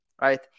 right